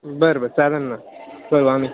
बरं बरं चालेन ना ठरवू आम्ही